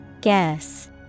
Guess